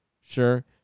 Sure